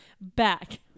back